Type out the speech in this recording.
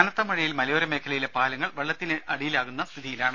കനത്ത മഴയിൽ മലയോര മേഖലയിലെ പാലങ്ങൾ വെള്ളത്തിനിടിയിലാകുന്ന സ്ഥിഥിതിയിലാണ്